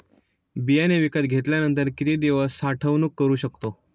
बियाणे विकत घेतल्यानंतर किती दिवस साठवणूक करू शकतो?